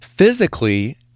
Physically